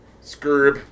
Scrub